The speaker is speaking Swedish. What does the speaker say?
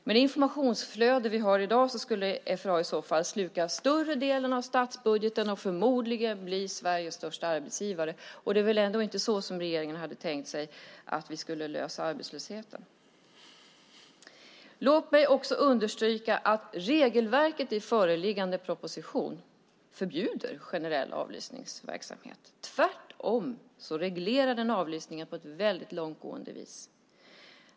Med det informationsflöde vi har i dag skulle FRA i så fall sluka större delen av statsbudgeten och förmodligen bli Sveriges största arbetsgivare. Det är väl ändå inte så regeringen hade tänkt att vi skulle lösa arbetslösheten. Låt mig för det andra understryka att regelverket i föreliggande proposition förbjuder generell avlyssningsverksamhet. Tvärtom reglerar den avlyssningen på ett väldigt långtgående vis.